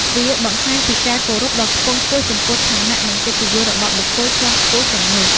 វាបង្ហាញពីការគោរពដ៏ខ្ពង់ខ្ពស់ចំពោះឋានៈ និងកិត្តិយសរបស់បុគ្គលជាន់ខ្ពស់ទាំងនោះ។